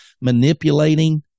manipulating